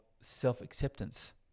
self-acceptance